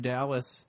Dallas